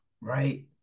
right